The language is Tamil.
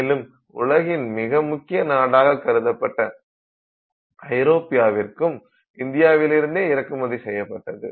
மேலும் உலகின் மிக முக்கிய நாடாக கருதப்பட்ட ஐரோப்பியாவிற்கும் இந்தியாவிலிருந்தே இறக்குமதி செய்யப்பட்டது